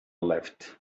left